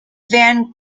van